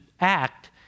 act